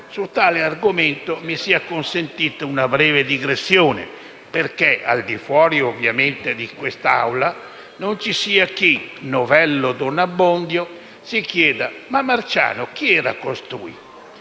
Su tale argomento mi sia consentita una breve digressione, perché, al di fuori ovviamente di questa Assemblea, non ci sia chi, novello Don Abbondio, si chieda "Marciano chi era costui?".